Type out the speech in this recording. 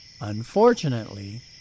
Unfortunately